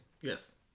Yes